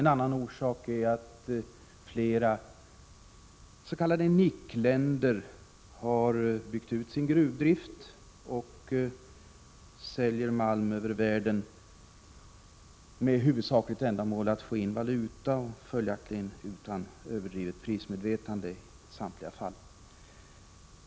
En annan orsak är att flera s.k. NIC-länder har byggt ut sin gruvindustri och säljer malm över världen med huvudsakligt ändamål att få in valuta, följaktligen utan överdrivet prismedvetande.